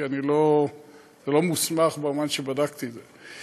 כי זה לא מוסמך במובן שבדקתי את זה.